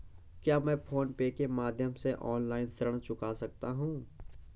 क्या मैं PhonePe के माध्यम से ऑनलाइन ऋण चुका सकता हूँ?